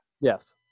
Yes